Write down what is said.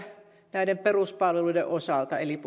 näiden peruspalveluiden osalta eli